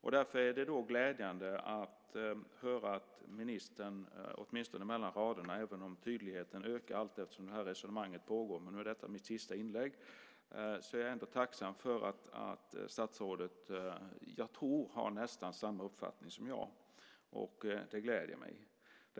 Därför är det glädjande att höra att ministern åtminstone mellan raderna har, tror jag, även om tydligheten ökar allteftersom resonemanget pågår - detta är mitt sista inlägg - samma uppfattning som jag. Det gläder mig.